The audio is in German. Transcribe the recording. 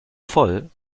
voll